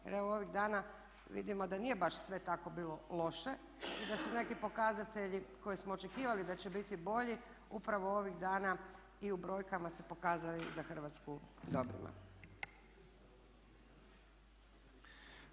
Jer evo ovih dana vidimo da nije baš sve tako bilo loše i da su neki pokazatelji koje smo očekivali da će biti bolji upravo ovih dana i u brojkama se pokazali za Hrvatsku dobrima.